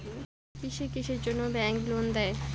কিসের কিসের জন্যে ব্যাংক লোন দেয়?